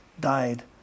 died